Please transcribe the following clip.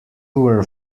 were